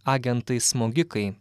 agentai smogikai